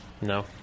No